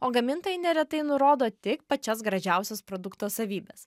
o gamintojai neretai nurodo tik pačias gražiausias produkto savybes